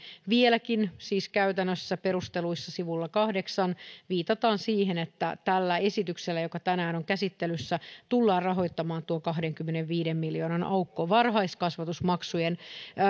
vieläkin siis käytännössä perusteluissa sivulla kahdeksan viitataan siihen että tällä esityksellä joka tänään on käsittelyssä tullaan rahoittamaan tuo kahdenkymmenenviiden miljoonan aukko varhaiskasvatusmaksujen